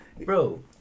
Bro